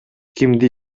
кимди